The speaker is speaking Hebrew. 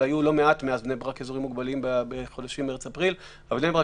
אבל היו לא מעט אזורים מוגבלים מאז בני ברק בחודשים מרץ ואפריל בני ברק